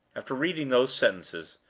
after reading those sentences,